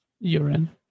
Urine